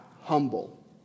humble